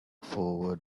forward